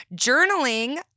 journaling